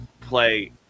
play